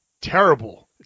terrible